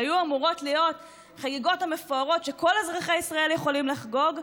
שהיו אמורות להיות חגיגות מפוארות שכל אזרחי ישראל יכולים לחגוג,